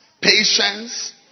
patience